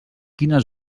quines